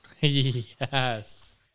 Yes